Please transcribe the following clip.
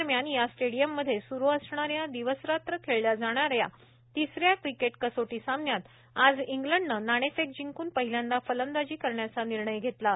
दरम्यान या स्टेडियममध्ये स्रू असणाऱ्या दिवस रात्र खेळल्या जाणाऱ्या तिसर्या क्रिकेट कसोटी सामन्यात आज इंग्लडनं नाणेफेक जिंकून पहिल्यांदा फलंदाजी करण्याचा निर्णय घेतला होता